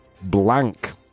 blank